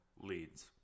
leads